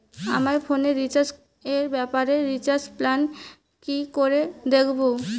আমার ফোনে রিচার্জ এর ব্যাপারে রিচার্জ প্ল্যান কি করে দেখবো?